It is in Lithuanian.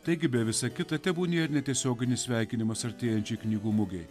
taigi be visa kita tebūnie ir netiesioginis sveikinimas artėjančiai knygų mugei